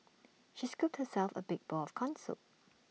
she scooped herself A big bowl of Corn Soup